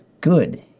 good